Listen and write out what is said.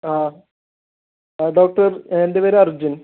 ആ ആ ഡോക്ടർ എൻ്റെ പേര് അർജുൻ